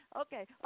okay